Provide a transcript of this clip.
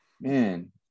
man